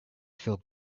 feel